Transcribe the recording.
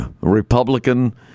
Republican